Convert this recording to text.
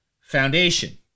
foundation